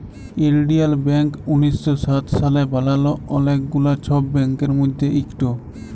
ইলডিয়াল ব্যাংক উনিশ শ সাত সালে বালাল অলেক গুলা ছব ব্যাংকের মধ্যে ইকট